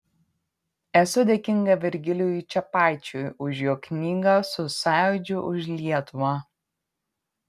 esu dėkinga virgilijui čepaičiui už jo knygą su sąjūdžiu už lietuvą